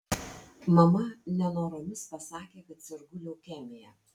mama nenoromis pasakė kad sergu leukemija